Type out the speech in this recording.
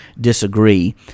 disagree